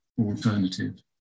alternative